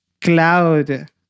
cloud